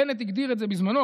בנט הגדיר את זה בזמנו,